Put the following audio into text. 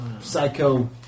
psycho